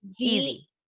Easy